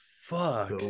fuck